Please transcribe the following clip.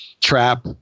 trap